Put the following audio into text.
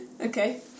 okay